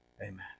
Amen